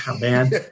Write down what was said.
man